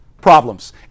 problems